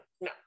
no